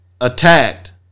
attacked